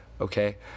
okay